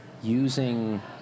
using